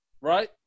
right